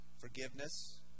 forgiveness